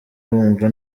wumva